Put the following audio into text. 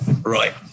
right